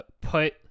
put